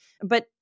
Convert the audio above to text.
but-